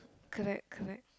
correct correct